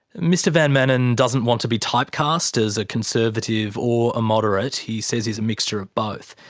mr van manen doesn't want to be typecast as a conservative or a moderate. he says he's a mixture of both.